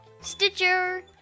Stitcher